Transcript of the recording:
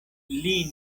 lin